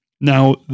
Now